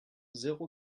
zéro